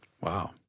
Wow